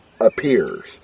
appears